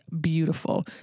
beautiful